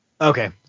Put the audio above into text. Okay